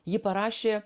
ji parašė